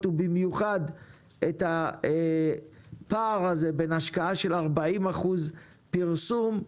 ובמיוחד את הפער הזה בין השקעה של 40% פרסום,